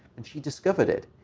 and she discovered it.